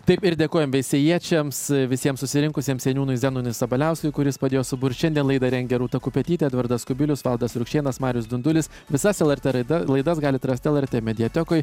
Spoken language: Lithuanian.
taip ir dėkojam veisiejiečiams visiems susirinkusiems seniūnui zenonui sabaliauskui kuris padėjo suburti šiandien laidą rengė rūta kupetytė edvardas kubilius valdas rukšėnas marius dundulis visas lrt raida laidas galite rast lrt mediatekoj